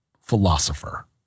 philosopher